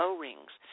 O-rings